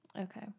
Okay